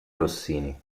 rossini